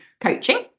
coaching